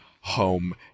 home